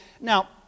now